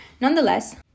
Nonetheless